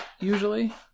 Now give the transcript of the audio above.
usually